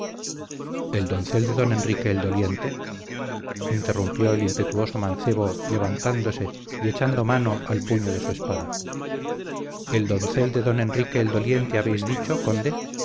el doncel de don enrique el doliente interrumpió el impetuoso mancebo levantándose y echando mano al puño de su espada el doncel de don enrique el doliente habéis dicho conde